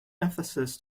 emphasis